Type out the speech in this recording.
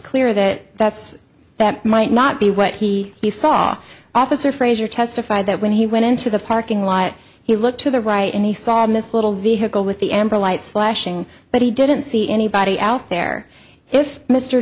that that's that might not be what he saw officer frazier testified that when he went into the parking lot he looked to the right and he saw miss little's vehicle with the amber lights flashing but he didn't see anybody out there if mr